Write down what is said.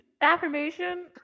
Affirmation